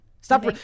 Stop